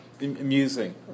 amusing